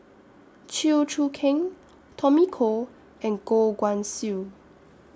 Chew Choo Keng Tommy Koh and Goh Guan Siew